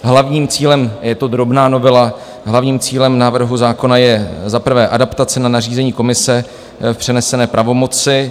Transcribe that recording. Hlavním cílem je to drobná novela hlavním cílem návrhu zákona je za prvé adaptace na nařízení Komise v přenesené pravomoci.